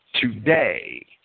today